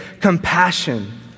compassion